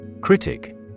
Critic